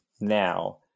now